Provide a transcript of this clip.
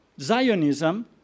Zionism